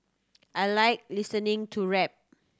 I like listening to rap